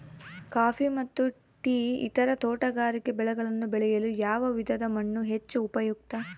Coffee ಮತ್ತು tea ಮತ್ತು ಇತರ ತೋಟಗಾರಿಕೆ ಬೆಳೆಗಳನ್ನು ಬೆಳೆಯಲು ಯಾವ ವಿಧದ ಮಣ್ಣು ಹೆಚ್ಚು ಉಪಯುಕ್ತ?